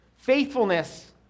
Faithfulness